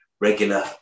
regular